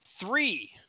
three